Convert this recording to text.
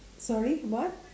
sorry what